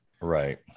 right